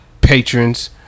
patrons